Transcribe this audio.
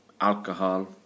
alcohol